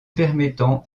permettant